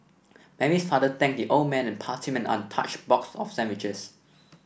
Mary's father thanked the old man and passed him an untouched box of sandwiches